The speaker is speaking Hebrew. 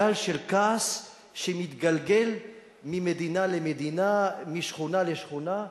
גל של כעס, שמתגלגל ממדינה למדינה, משכונה לשכונה.